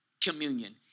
communion